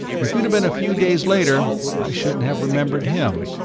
if you'd been a few days later, i wouldn't have remembered him,